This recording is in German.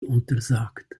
untersagt